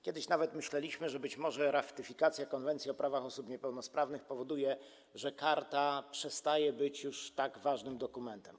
Kiedyś nawet myśleliśmy, że ratyfikacja Konwencji o prawach osób niepełnosprawnych być może powoduje, że karta przestaje być już tak ważnym dokumentem.